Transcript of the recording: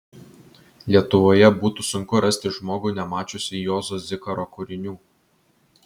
lietuvoje būtų sunku rasti žmogų nemačiusį juozo zikaro kūrinių